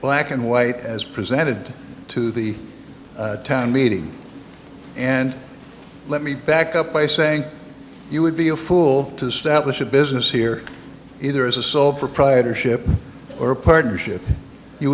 black and white as presented to the town meeting and let me back up by saying you would be a fool to establish a business here either as a sole proprietorship or partnership you